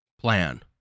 plan